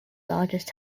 largest